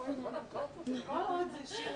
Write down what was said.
ועדת החינוך, רק לשם